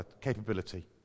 capability